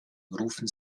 rufen